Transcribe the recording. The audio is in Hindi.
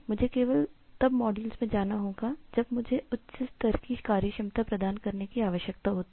मुझे केवल तब मॉड्यूल जाना होगा जब मुझे उच्च स्तर की कार्यक्षमता प्राप्त करने की आवश्यकता होती है